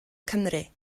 cymru